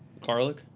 Garlic